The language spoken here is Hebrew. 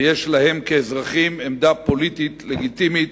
ויש להם, כאזרחים, עמדה פוליטית לגיטימית,